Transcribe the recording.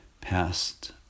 past